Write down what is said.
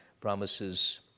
promises